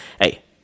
hey